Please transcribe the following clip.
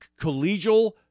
collegial